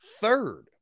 third